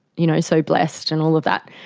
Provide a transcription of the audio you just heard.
you know so blessed and all of that,